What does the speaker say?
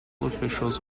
officials